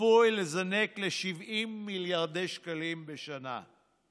צפוי לזנק ל-70 מיליארדי שקלים בשנה.